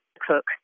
cook